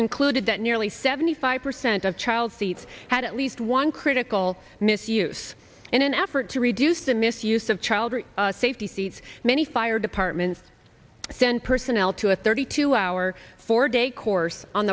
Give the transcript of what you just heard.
concluded that nearly seventy five percent of child seats had at least one critical misuse in an effort to reduce the misuse of child safety seats many fire departments send personnel to a thirty two hour four day course on